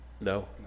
No